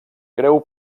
creu